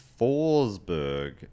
Forsberg